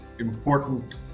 Important